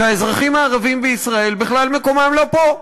שהאזרחים הערבים בישראל, בכלל מקומם לא פה.